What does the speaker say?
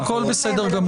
לא לא, הכול בסדר גמור.